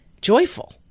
joyful